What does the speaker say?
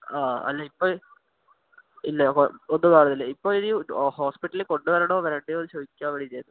ആ അല്ല ഇപ്പോള് ഇല്ല ഒന്നും കാണുന്നില്ല ഇപ്പോള് ഇനി ഹോസ്പിറ്റലിൽ കൊണ്ടുവരണമോ വരണ്ടയോ എന്നു ചോദിക്കാന് വേണ്ടിയിട്ടായിരുന്നു